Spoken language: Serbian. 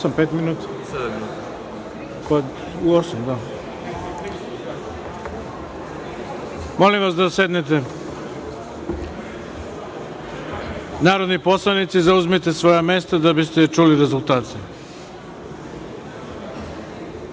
Molim vas da sednete. Narodni poslanici, zauzmite svoja mesta da biste čuli